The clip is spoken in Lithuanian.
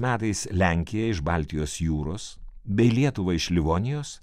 metais lenkiją iš baltijos jūros bei lietuvą iš livonijos